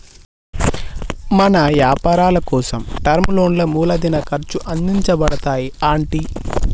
మన యపారాలకోసం టర్మ్ లోన్లా మూలదిన ఖర్చు అందించబడతాయి అంటి